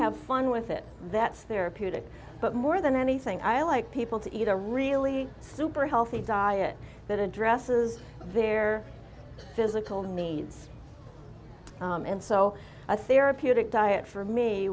have fun with it that's their pewter but more than anything i like people to eat a really super healthy diet that addresses their physical needs and so a therapeutic diet for me